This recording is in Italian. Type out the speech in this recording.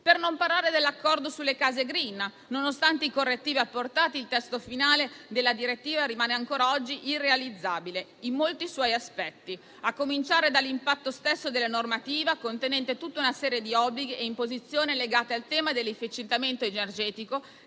Non parliamo poi dell'accordo sulle case *green*: nonostante i correttivi apportati, il testo finale della direttiva rimane ancora oggi irrealizzabile in molti suoi aspetti, a cominciare dall'impatto stesso della normativa, contenente tutta una serie di obblighi e imposizioni legati al tema dell'efficientamento energetico,